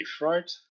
right